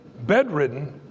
bedridden